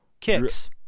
kicks